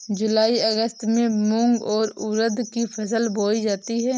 जूलाई अगस्त में मूंग और उर्द की फसल बोई जाती है